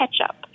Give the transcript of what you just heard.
ketchup